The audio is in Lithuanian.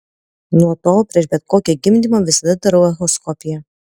nuo tol prieš bet kokį gimdymą visada darau echoskopiją